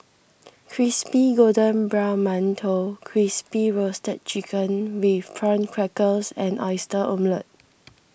Crispy Golden Brown Mantou Crispy Roasted Chicken with Prawn Crackers and Oyster Omelette